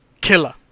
Killer